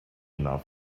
not